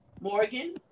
Morgan